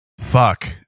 Fuck